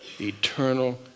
eternal